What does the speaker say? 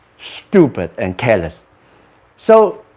stupid and careless so,